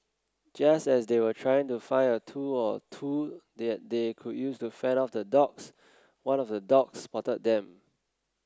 just as they were trying to find a tool or two that they could use to fend off the dogs one of the dogs spotted them